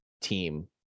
team